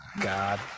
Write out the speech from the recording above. God